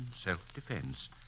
self-defense